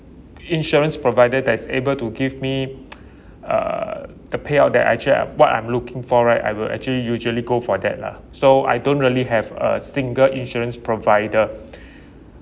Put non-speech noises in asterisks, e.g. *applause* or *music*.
insurance provider that is able to give me *noise* uh the payout that actually I what I'm looking for right I will actually usually go for that lah so I don't really have a single insurance provider *breath*